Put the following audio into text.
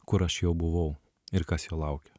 kur aš jau buvau ir kas jo laukia